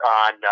on